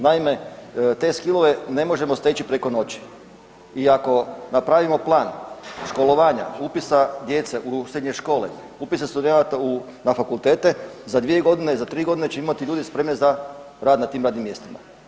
Naime, te „skillove“ ne može steći preko noći i ako napravimo plan školovanja, upisa djece u srednje škole, upisa studenata na fakultete, za 2 godine, za 3 godine ćemo imati ljude spremne za rad na tim radnim mjestima.